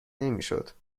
نمیشد